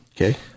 Okay